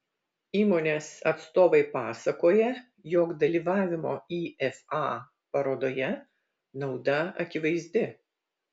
įmonės atstovai pasakoja jog dalyvavimo ifa parodoje nauda akivaizdi